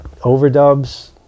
overdubs